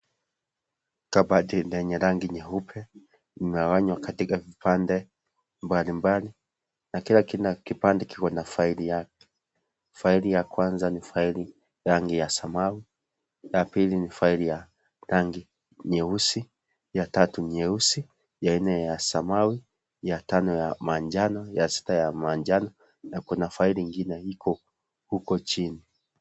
Kabati lenye rangi nyeupe limegawanywa katika vipande mbalimbali na kila kipande kiko na faili yake. Faili ya kwanza ni faili rangi ya samawi, la pili ni faili ya rangi nyeusi, ya tatu nyeusi, ya nne ya samawi, ya tano ya manjano, ya sita ya manjano na kuna faili ingine iko huko chini.